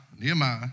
Nehemiah